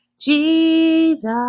Jesus